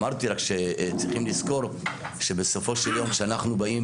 אמרתי רק שצריכים לזכור שבסופו של יום כשאנחנו באים